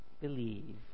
Believe